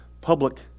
public